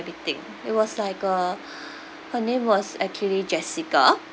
let me think it was like uh her name was actually jessica